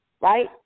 Right